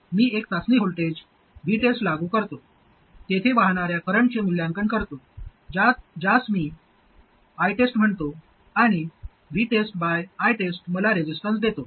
मी एक चाचणी voltage VTEST लागू करतो तेथे वाहणाऱ्या करंटचे मूल्यांकन करतो ज्यास मी ITEST म्हणतो आणि VTEST बाय ITEST मला रेसिस्टन्स देतो